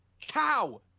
cow